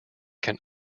can